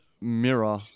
mirror